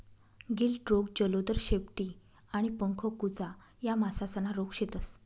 गिल्ड रोग, जलोदर, शेपटी आणि पंख कुजा या मासासना रोग शेतस